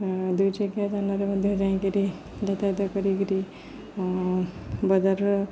ଦୁଇ ଚକିଆ ଯାନରେ ମଧ୍ୟ ଯାଇକିରି ଯାତାୟାତ କରିକିରି ବଜାରର